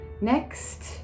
Next